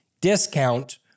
discount